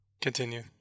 Continue